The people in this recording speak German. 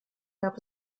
gab